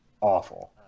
awful